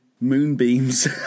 Moonbeams